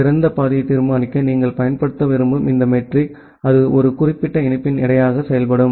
சிறந்த பாதையை தீர்மானிக்க நீங்கள் பயன்படுத்த விரும்பும் இந்த மெட்ரிக் அது ஒரு குறிப்பிட்ட இணைப்பின் எடையாக செயல்படும்